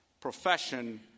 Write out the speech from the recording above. profession